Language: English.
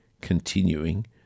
continuing